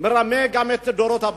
מרמה את עמו ומרמה את הדורות הבאים.